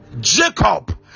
jacob